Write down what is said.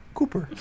Cooper